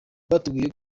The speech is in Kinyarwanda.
batubwiye